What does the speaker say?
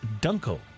Dunkel